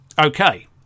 okay